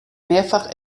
mehrfach